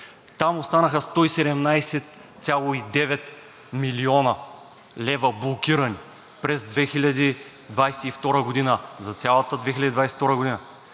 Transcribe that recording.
Там останаха 117,9 млн. лв. блокирани през 2022 г., за цялата 2022 г.